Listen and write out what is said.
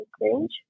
Range